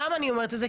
ולמה אני אומרת את זה?